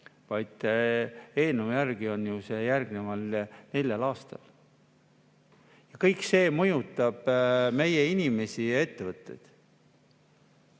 vaid eelnõu järgi on see ju järgneval neljal aastal. Kõik see mõjutab meie inimesi ja ettevõtteid.